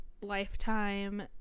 Lifetime